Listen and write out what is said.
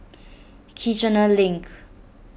Kiichener Link